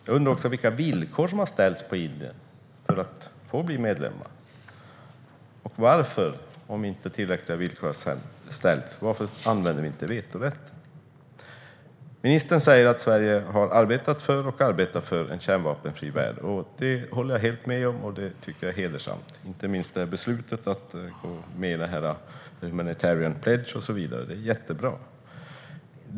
Jag undrar också vilka villkor som har ställts på Indien för att bli medlem, och om inte tillräckliga villkor har ställts undrar jag varför vi inte använder vetorätten. Ministern säger att Sverige har arbetat och arbetar för en kärnvapenfri värld. Det håller jag helt med om, och jag tycker att det är hedersamt. Det gäller inte minst beslutet att gå med i Humanitarian Pledge och så vidare; det är jättebra.